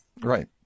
Right